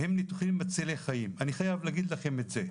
הם ניתוחים מצילי חיים ואני חייב להגיד לכם את זה.